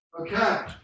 Okay